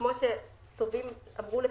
כמו שטובים אמרו לפניי,